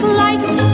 light